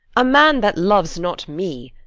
a man that loves not me,